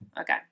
okay